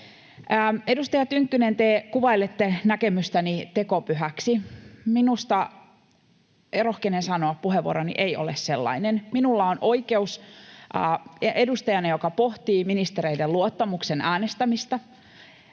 Edustaja Tynkkynen, te kuvailette näkemystäni tekopyhäksi. Minusta, rohkenen sanoa, puheenvuoroni ei ole sellainen. Minulla on oikeus edustajana, joka pohtii ministereiden luottamuksen äänestämistä,